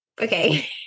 okay